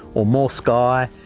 or more sky,